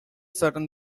certain